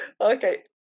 okay